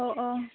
औऔ